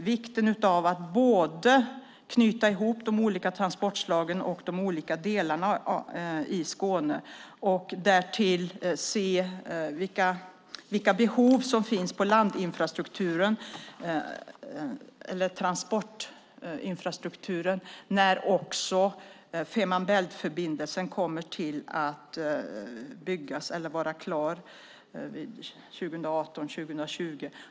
Det är viktigt att knyta ihop de olika transportslagen och de olika delarna i Skåne och därtill se vilka behov som finns på transportinfrastrukturen när Fehmarhn bält-förbindelsen är klar runt 2020.